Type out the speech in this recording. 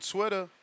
Twitter